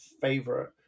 favorite